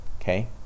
okay